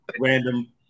random